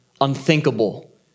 unthinkable